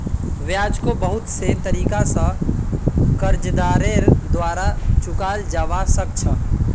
ब्याजको बहुत से तरीका स कर्जदारेर द्वारा चुकाल जबा सक छ